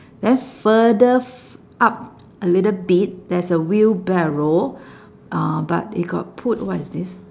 then further f~ up a little bit there's a wheelbarrow uh but it got put what is this